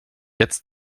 jetzt